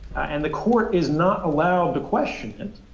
and the court is not allowed to question it.